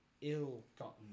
ill-gotten